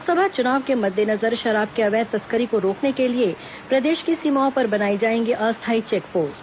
लोकसभा चुनाव के मद्देनजर शराब की अवैध तस्करी को रोकने के लिए प्रदेश की सीमाओं पर बनाई जाएंगी अस्थायी चेक पोस्ट